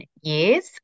years